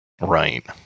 Right